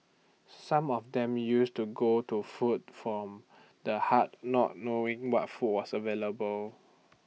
some of them used to go to food from the heart not knowing what food was available